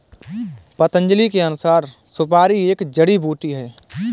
पतंजलि के अनुसार, सुपारी एक जड़ी बूटी है